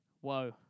whoa